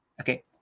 Okay